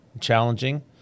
challenging